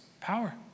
power